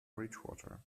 bridgwater